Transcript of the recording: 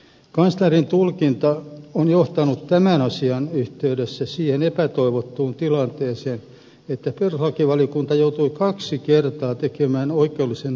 kanslerin tulkinta on johtanut tämän asian yhteydessä siihen epätoivottuun tilanteeseen että perustuslakivaliokunta joutui kaksi kertaa tekemään oikeudellisen arvion asiasta